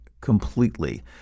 completely